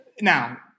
now